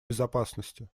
безопасности